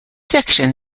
section